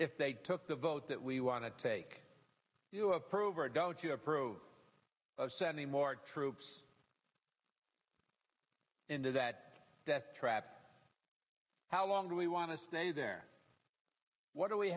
if they the vote that we want to take do you approve or don't you approve of sending more troops into that deathtrap how long do we want to stay there what do we